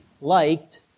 liked